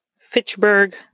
Fitchburg